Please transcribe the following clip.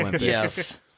Yes